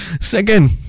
Second